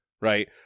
right